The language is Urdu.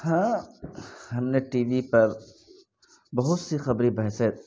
ہاں ہم نے ٹی وی پر بہت سی خبری بحثیں